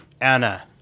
anna